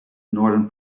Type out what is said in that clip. northern